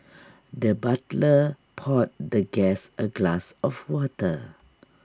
the butler poured the guest A glass of water